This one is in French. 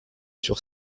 sur